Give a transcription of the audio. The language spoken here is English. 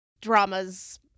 dramas